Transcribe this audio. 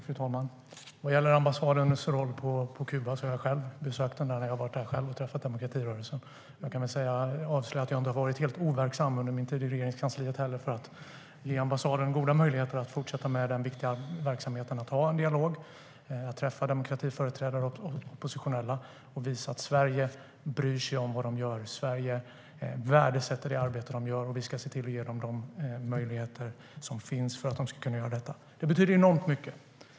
Fru talman! Vad gäller ambassadens roll på Kuba har jag själv besökt den när jag har varit där och träffat demokratirörelsen. Jag kan väl avslöja att jag inte har varit helt overksam under min tid i Regeringskansliet när det gäller att ge ambassaden goda möjligheter att fortsätta den viktiga verksamheten med att ha en dialog, träffa demokratiföreträdare och oppositionella och visa att Sverige bryr sig om vad de gör, att Sverige värdesätter det arbete de gör och att vi ska se till att ge dem de möjligheter som finns för att de ska kunna göra det. Det betyder enormt mycket.